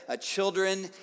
children